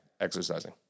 exercising